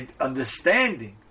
understanding